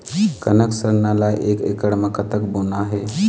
कनक सरना ला एक एकड़ म कतक बोना हे?